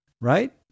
Right